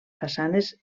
façanes